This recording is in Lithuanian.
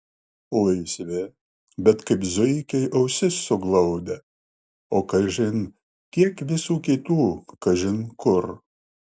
laisvi bet kaip zuikiai ausis suglaudę o kažin kiek visų kitų kažin kur